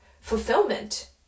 fulfillment